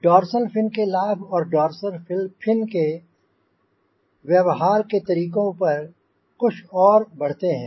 dorsal fin के लाभ और डोर्सल फिन के व्यवहार के तरीकों पर कुछ और बढ़ते हैं